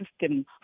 system